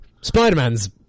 Spider-Man's